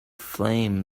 flame